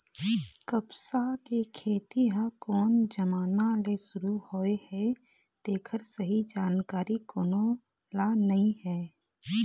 कपसा के खेती ह कोन जमाना ले सुरू होए हे तेखर सही जानकारी कोनो ल नइ हे